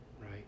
right